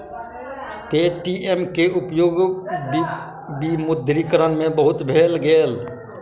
Paytm के उपयोग विमुद्रीकरण में बहुत भेल छल